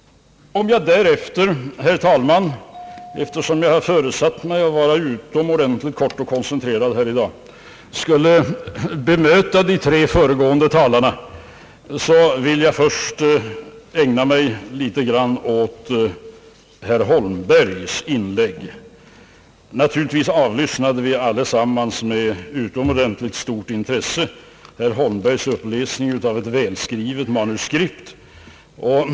Herr talman! Eftersom jag föresatt mig att vara utomordentligt kortfattad och koncentrerad i dag vill jag nu bemöta de tre föregående talarna och först ägna mig något åt herr Holmbergs inlägg. Naturligtvis avlyssnade vi allesammans med utomordentligt stort intresse herr Holmbergs uppläsning av ett välskrivet manuskript.